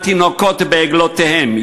על תינוקות בעגלותיהם,